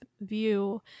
view